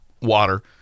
water